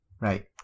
Right